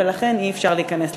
ולכן אי-אפשר להיכנס לגירעון.